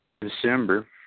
December